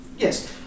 Yes